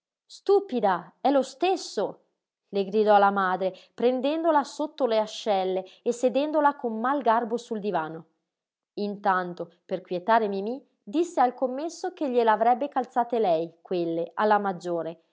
stupida è lo stesso le gridò la madre prendendola sotto le ascelle e sedendola con mal garbo sul divano intanto per quietare mimí disse al commesso che gliel'avrebbe calzate lei quelle alla maggiore